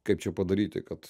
kaip čia padaryti kad